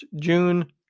June